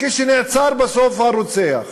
כשנעצר בסוף הרוצח,